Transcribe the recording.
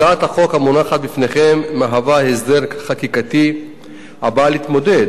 הצעת החוק המונחת בפניכם מהווה הסדר חקיקתי הבא להתמודד